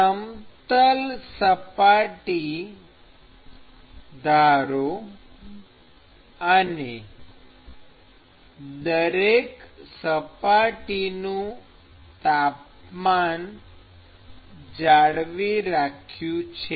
સમતલ સપાટી ધારો અને દરેક સપાટીનું તાપમાન જાળવી રાખ્યું છે